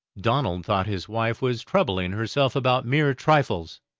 donald thought his wife was troubling herself about mere trifles,